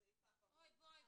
בואי, בואי.